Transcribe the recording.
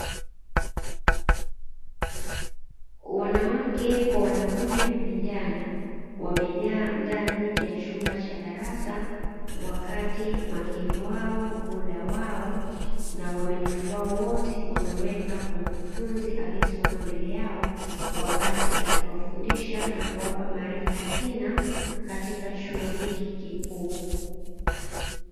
Wanawake kwa wanaume vijana wamejaa ndani ya chumba cha darasa, wakati umakini wao muda wao na uaminifu wao wote, wameuweka kwa mkufunzi aliyesimama mbele yao wakati akiwafundisha na kuwapa maarifa ya kina katika chuo hiki kikuu.